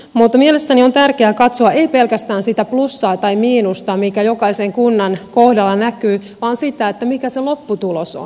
mutta mielestäni on tärkeää katsoa ei pelkästään sitä plussaa tai miinusta mikä jokaisen kunnan kohdalla näkyy vaan sitä mikä se lopputulos on